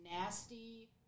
nasty